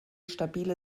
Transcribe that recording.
stabile